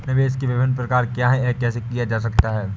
निवेश के विभिन्न प्रकार क्या हैं यह कैसे किया जा सकता है?